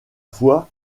foi